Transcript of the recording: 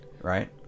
right